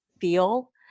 feel